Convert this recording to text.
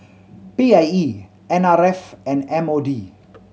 P I E N R F and M O D